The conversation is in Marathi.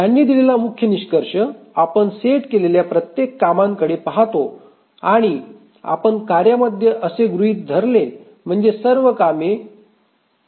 त्यांनी दिलेला मुख्य निष्कर्ष आपण सेट केलेल्या प्रत्येक कामांकडे पाहतो आणि आपण कार्यांमध्येअसे गृहित धरले म्हणजे सर्व कामे 0 वेळेत सुरू होतात